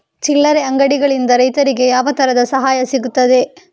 ಚಿಲ್ಲರೆ ಅಂಗಡಿಗಳಿಂದ ರೈತರಿಗೆ ಯಾವ ತರದ ಸಹಾಯ ಸಿಗ್ತದೆ?